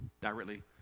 directly